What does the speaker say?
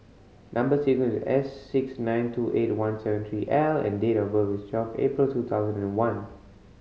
number sequence S six nine two eight one seven three L and date of birth is twelve April two thousand and one